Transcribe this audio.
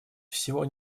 всего